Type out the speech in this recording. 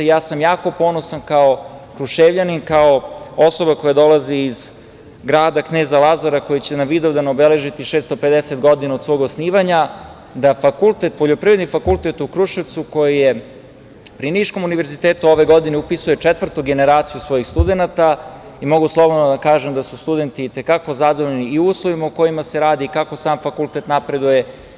Jako sam ponosan kao Kruševljanin, kao osoba koja dolazi iz grada Kneza Lazara koji će na Vidovdan obeležiti 650 godina od svog osnivanja, da Poljoprivredni fakultet u Kruševcu, koji je pri Niškom univerzitetu ove godine upisuje četvrtu generaciju svojih studenata i mogu slobodno da kažem da su studenti i te kako zadovoljni i uslovima u kojima se radi, kako sam fakultet napreduje.